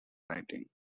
writing